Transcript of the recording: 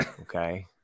Okay